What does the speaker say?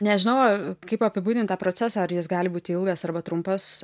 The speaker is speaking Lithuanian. nežinau kaip apibūdint tą procesą ar jis gali būti ilgas arba trumpas